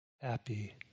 happy